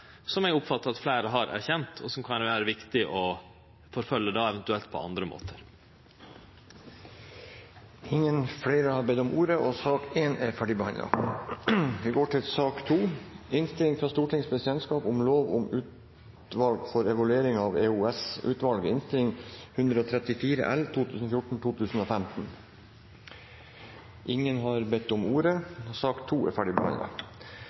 som eg oppfattar at fleire har erkjent, og som kan vere viktige å forfølgje eventuelt på andre måtar. Flere har ikke bedt om ordet til sak nr. 1. Ingen har bedt om ordet. At alle skal med, er